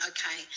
Okay